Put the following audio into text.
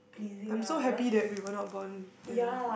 I'm so happy that we were not born then